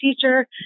teacher